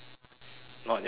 not your good friend